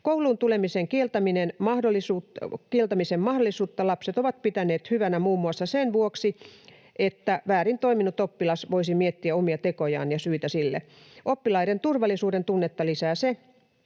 Kouluun tulemisen kieltämisen mahdollisuutta lapset ovat pitäneet hyvänä muun muassa sen vuoksi, että väärin toiminut oppilas voisi miettiä omia tekojaan ja syitä sille. Oppilaiden turvallisuudentunnetta lisää se,